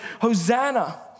Hosanna